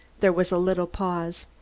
there was a little pause.